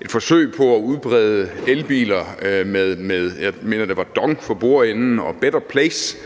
et forsøg på at udbrede elbiler – jeg mener, det var med DONG for bordenden og Better Place